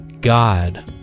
God